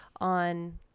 on